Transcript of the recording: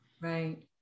Right